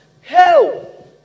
hell